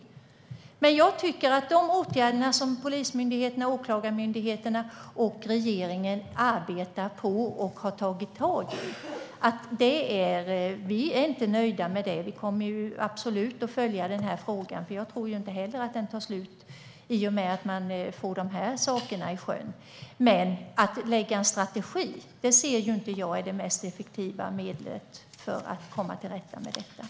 Vi är inte nöjda med de åtgärder som Polismyndigheten, Åklagarmyndigheten och regeringen arbetar med och tagit tag i. Vi kommer absolut att följa frågan. Jag tror inte heller att den tar slut i och med att de frågorna kommer i sjön. Jag anser inte att en strategi är det mest effektiva medlet för att komma till rätta med problemet.